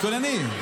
אנחנו מתכוננים.